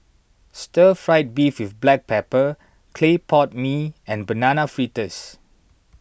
Stir Fried Beef with Black Pepper Clay Pot Mee and Banana Fritters